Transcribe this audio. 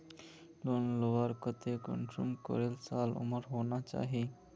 Loan लुबार केते कुंसम करे साल उमर होना चही?